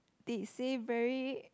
they say very